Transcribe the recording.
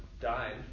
died